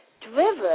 driven